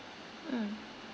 um